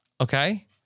Okay